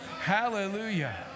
Hallelujah